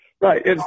Right